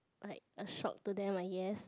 like a shock to them I guess